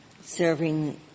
serving